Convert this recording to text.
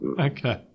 okay